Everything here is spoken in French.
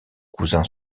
cousin